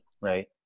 right